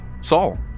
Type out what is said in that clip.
Saul